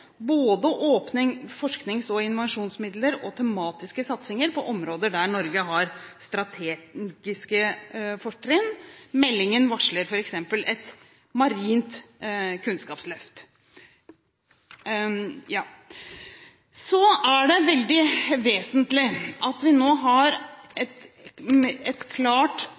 både en åpning for forsknings- og innovasjonsmidler og tematiske satsinger på områder der Norge har strategiske fortrinn. Meldingen varsler f.eks. et marint kunnskapsløft. Det er vesentlig at vi har et klart